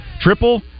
triple